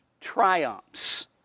triumphs